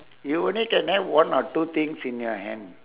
you only can have one or two things in your hand